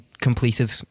completed